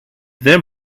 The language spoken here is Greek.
δεν